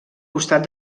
costat